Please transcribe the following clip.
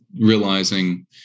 realizing